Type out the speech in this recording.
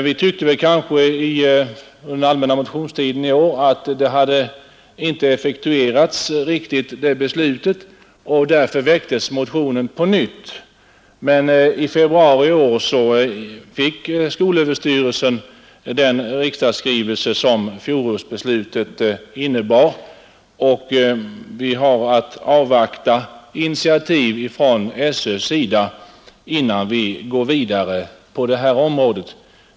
Vi tyckte under den allmänna motionstiden i år att det beslutet inte hade effektuerats riktigt, och därför väcktes motion i frågan på nytt. Men i februari i år fick skolöverstyrelsen del av den riksdagsskrivelse som fjolårsbeslutet innebar, och vi har att avvakta initiativ ifrån skolöverstyrelsens sida, innan vi går vidare på det här området.